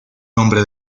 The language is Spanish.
nombre